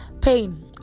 pain